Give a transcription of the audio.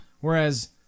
Whereas